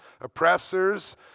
oppressors